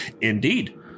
indeed